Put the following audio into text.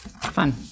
Fun